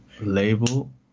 label